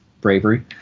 bravery